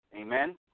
Amen